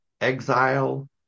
exile